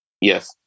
Yes